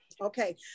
Okay